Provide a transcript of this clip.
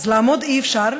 אז לאמוד אי-אפשר,